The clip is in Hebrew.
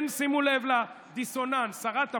שימו לב לדיסוננס: שרת הפנים,